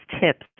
tips